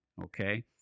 okay